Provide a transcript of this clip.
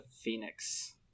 Phoenix